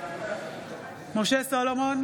משה סולומון,